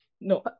No